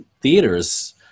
theaters